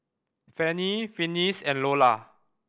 Fanny Finis and Lolla